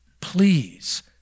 please